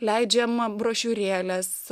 leidžiam brošiūrėles